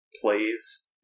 plays